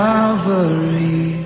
Calvary